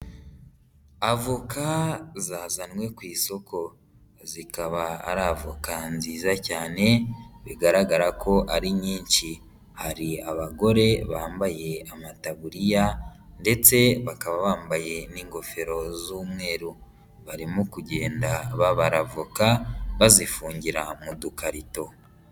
Avoka zazanwe ku isoko, zikaba ari avoka nziza cyane bigaragara ko ari nyinshi, hari abagore bambaye amataburiya ndetse bakaba bambaye n'ingofero z'umweru, barimo kugenda babara voka, bazifungira mu dukarito.